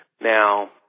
Now